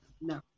no